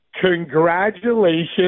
Congratulations